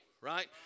right